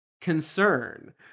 Concern